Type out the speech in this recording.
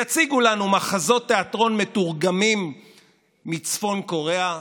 יציגו לנו מחזות תיאטרון מתורגמים מצפון קוריאה,